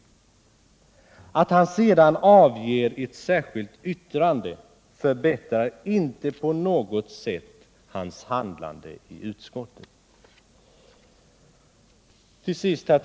Att han sedan avger ett särskilt yttrande förbättrar inte på något sätt hans handlande i utskottet. Herr talman!